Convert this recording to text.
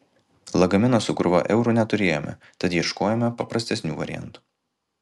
lagamino su krūva eurų neturėjome tad ieškojome paprastesnių variantų